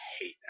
hate